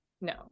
no